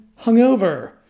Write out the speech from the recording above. hungover